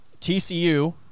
TCU